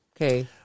Okay